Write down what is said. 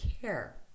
care